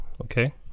okay